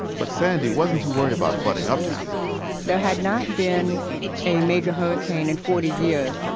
but sandy wasn't too worried about flooding uptown there had not been a major hurricane in forty years.